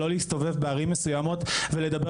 לא להסתובב בערים מסוימות ולא לדבר